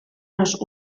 los